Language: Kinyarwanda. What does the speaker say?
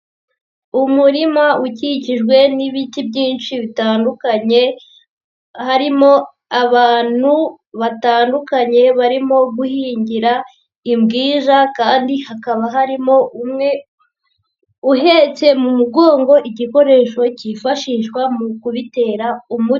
Umurima ukikijwe n'ibiti byinshi bitandukanye, harimo abantu batandukanye barimo guhingira imbwija, kandi hakaba harimo umwe uhetse mu mugongo igikoresho cyifashishwa mu kubitera umuti.